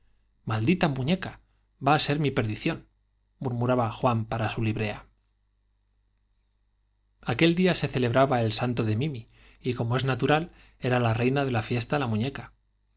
maldita muñeca i va á ser mi perdición murmuraba juan para su librea lf día celebraba el santo de mimi y aquel se como es natural era la reina de la fiesta la muñeca